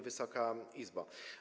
Wysoka Izbo!